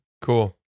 Cool